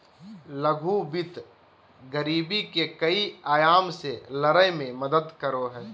लघु वित्त गरीबी के कई आयाम से लड़य में मदद करो हइ